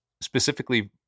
specifically